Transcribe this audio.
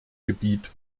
gebiet